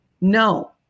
no